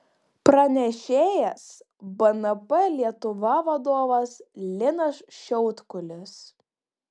pranešėjas bnp lietuva vadovas linas šiautkulis